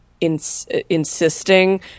insisting